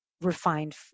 refined